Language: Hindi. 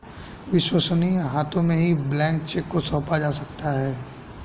विश्वसनीय हाथों में ही ब्लैंक चेक को सौंपा जा सकता है